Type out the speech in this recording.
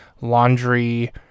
laundry